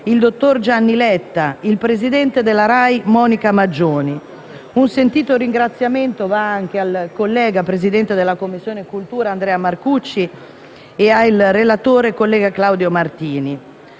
il dottor Gianni Letta, il presidente della RAI Monica Maggioni; un sentito ringraziamento va anche al collega, presidente della Commissione cultura, Andrea Marcucci e al relatore, collega Claudio Martini.